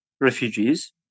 refugees